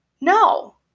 No